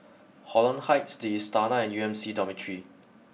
Holland Heights The Istana and U M C Dormitory